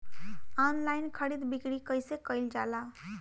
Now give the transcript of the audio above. Online खरीद बिक्री कइसे कइल जाला?